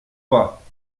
pas